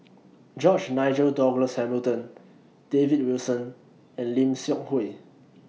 George Nigel Douglas Hamilton David Wilson and Lim Seok Hui